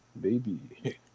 baby